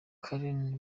karen